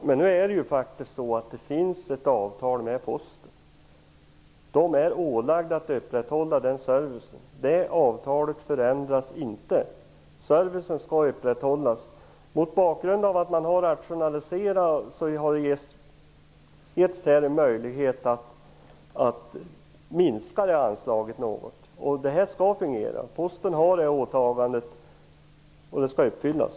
Fru talman! Det finns faktiskt ett avtal med Posten. Man är ålagd att upprätthålla den servicen. Det avtalet förändras inte! Servicen skall upprätthållas. Mot bakgrund av att man har rationaliserat har det här givits en möjlighet att minska anslaget något. Det skall fungera! Posten har det här åtagandet, och det skall uppfyllas.